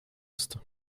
ist